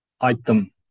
item